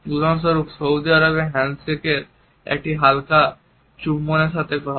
উদাহরণস্বরূপ সৌদি আরবে হ্যান্ডশেক একটি হালকা চুম্বনের সাথে হয়